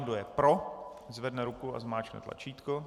Kdo je pro, zvedne ruku a zmáčkne tlačítko.